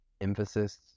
emphasis